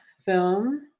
film